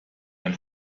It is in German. ein